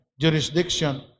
jurisdiction